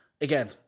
Again